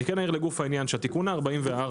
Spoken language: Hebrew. אני כן אעיר לגוף העניין שתיקון 44,